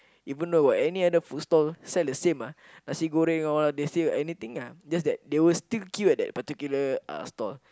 even though got any other food stall sell the same ah nasi-goreng all they sell anything ah just that they will still queue at the particular uh stall